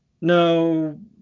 no